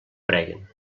preguen